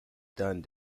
done